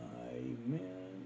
Amen